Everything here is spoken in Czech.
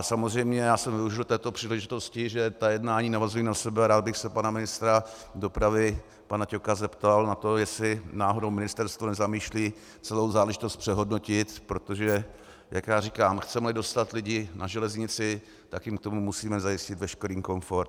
Samozřejmě jsem využil této příležitosti, že ta jednání navazují na sebe, a rád bych se pana ministra doprava, pana Ťoka zeptal na to, jestli náhodou ministerstvo nezamýšlí celou záležitost přehodnotit, protože jak já říkám, chcemeli dostat lidi na železnici, tak jim k tomu musíme zajistit veškerý komfort.